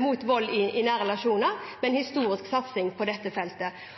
mot vold og overgrep. Det er en historisk satsing på dette feltet. Det å få på plass en